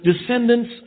descendants